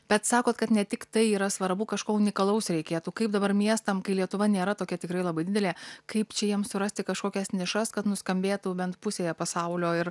bet sakot kad ne tik tai yra svarbu kažko unikalaus reikėtų kaip dabar miestam kai lietuva nėra tokia tikrai labai didelė kaip čia jiem surasti kažkokias nišas kad nuskambėtų bent pusėje pasaulio ir